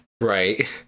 Right